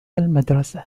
المدرسة